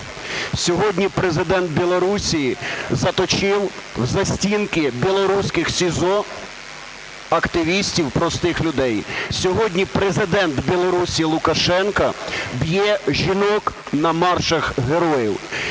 Сьогодні Президент Білорусі заточив в застінки білоруських СІЗО активістів, простих людей. Сьогодні Президент Білорусі Лукашенко б'є жінок на маршах героїв.